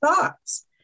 thoughts